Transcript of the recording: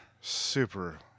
super